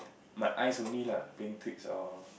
my eyes only lah playing tricks or